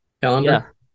calendar